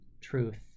Truth